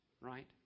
right